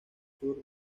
sur